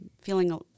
feeling